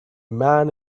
man